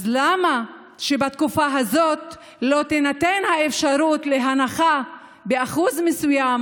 אז למה שבתקופה הזאת לא תינתן האפשרות להנחה במחירי החשמל באחוז מסוים,